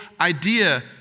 idea